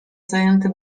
zajęty